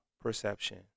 Perception